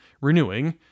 renewing